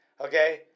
okay